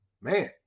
man